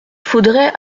faudrait